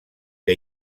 que